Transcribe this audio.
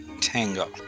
tango